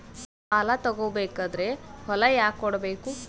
ಸಾಲ ತಗೋ ಬೇಕಾದ್ರೆ ಹೊಲ ಯಾಕ ಕೊಡಬೇಕು?